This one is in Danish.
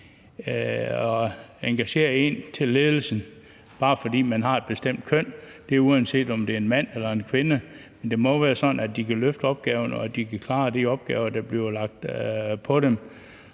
og engagere en til ledelsen, bare fordi vedkommende har et bestemt køn, og det er, uanset om det er en mand eller en kvinde. Det må være sådan, at de kan løfte opgaven, og at de kan klare de opgaver, der bliver lagt på dem.